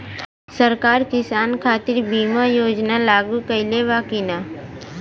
सरकार किसान खातिर बीमा योजना लागू कईले बा की ना?